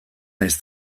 naiz